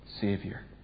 Savior